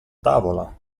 tavola